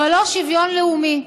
אבל לא שוויון לאומי,